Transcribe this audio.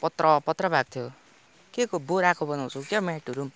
पत्र पत्र भएको थियो के को बोराको बनाउँछौ क्याउ म्याटहरू पनि